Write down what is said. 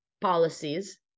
policies